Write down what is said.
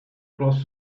across